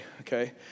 okay